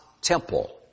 temple